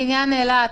בעניין אילת,